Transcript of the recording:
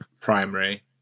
primary